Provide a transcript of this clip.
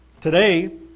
today